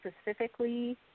specifically